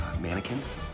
mannequins